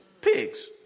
pigs